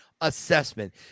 assessment